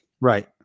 Right